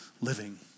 living